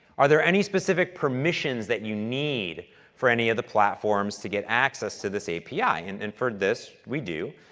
are there any specific permissions that you need for any of the platforms to get access to this api. and and for this, we do.